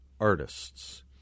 artists